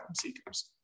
seekers